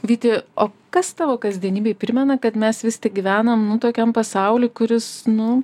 vyti o kas tavo kasdienybėj primena kad mes vis tik gyvenam nu tuokiam pasauly kuris nu